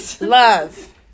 Love